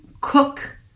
cook